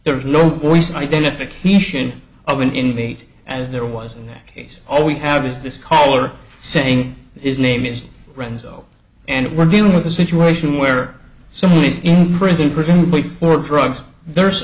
there's no voice identification of an inmate as there was in that case all we have is this caller saying his name is renzo and we're dealing with a situation where someone is in prison presumably for drugs there's